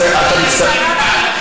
יש חבר כנסת אחר שרוצה להציע הצעה אחרת?